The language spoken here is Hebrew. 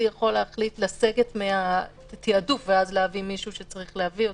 יכול להחליט לסגת מהתעדוף ולהביא מישהו שצריך להביאו.